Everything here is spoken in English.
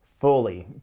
fully